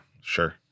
sure